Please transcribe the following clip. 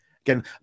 Again